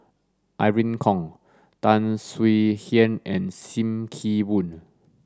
Irene Khong Tan Swie Hian and Sim Kee Boon